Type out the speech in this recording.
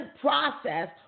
process